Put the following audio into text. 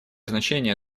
значение